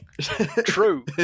True